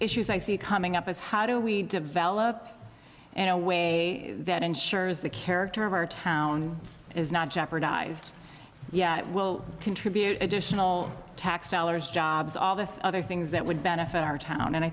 issues i see coming up is how do we develop and a way that ensures the character of our town is not jeopardized yet it will contribute additional tax dollars jobs all the other things that would benefit our town and i